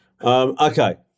Okay